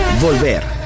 Volver